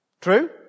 True